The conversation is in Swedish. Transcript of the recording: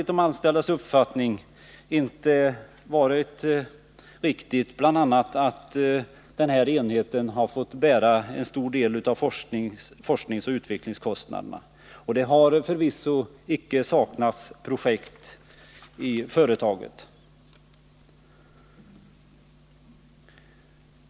De anställda är bl.a. kritiska till att Lidköpingsenheten fått bära en stor del av forskningsoch utvecklingskostnaderna, och det har förvisso icke heller saknats projekt för företaget.